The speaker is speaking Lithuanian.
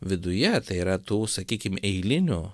viduje tai yra tų sakykim eilinių